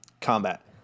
combat